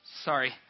sorry